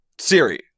siri